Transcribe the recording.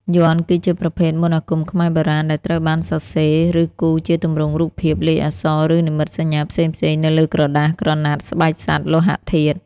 យ័ន្ត គឺជាប្រភេទមន្តអាគមខ្មែរបុរាណ ដែលត្រូវបានសរសេរ ឬគូរជាទម្រង់រូបភាព លេខ អក្សរ ឬនិមិត្តសញ្ញាផ្សេងៗនៅលើក្រដាស ក្រណាត់ ស្បែកសត្វ លោហៈធាតុ។